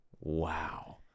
wow